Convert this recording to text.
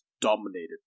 dominated